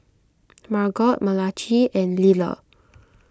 Margot Malachi and Liller